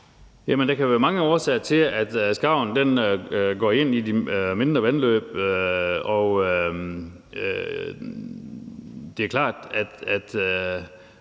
Der kan være mange årsager til, at skarven søger ind i de mindre vandløb,